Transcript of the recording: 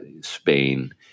Spain